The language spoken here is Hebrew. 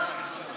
ההצעה להעביר